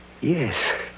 Yes